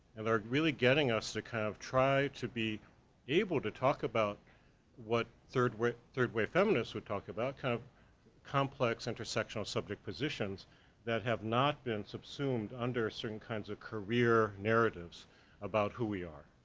and they're really getting us to kind of try to be able to talk about what third-wave third-wave feminists would talk about, kind of complex, intersectional subject positions that have not been subsumed under certain kinds of career narratives about who we are,